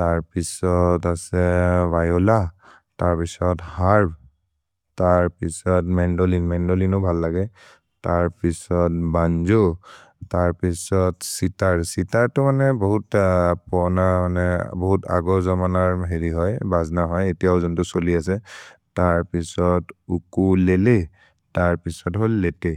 तर् पिशोद् असे विओल, तर् पिशोद् हर्प्, तर् पिशोद् मन्दोलिन्। मन्दोलिनु भल् लगय्, तर् पिशोद् बन्जो, तर् पिशोद् सितर्, सितर् तो मने बहुत् पोन, बहुत् अग जमनर् हेरि होइ। भ्हज्न होइ, एति औजन् तो सोलि असे, तर् पिशोद् उकुलेले, तर् पिशोद् होल् लेते।